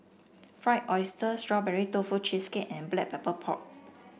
Fried Oyster Strawberry Tofu Cheesecake and Black Pepper Pork